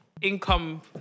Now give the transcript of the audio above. income